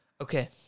Okay